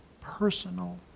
personal